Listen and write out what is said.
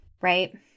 right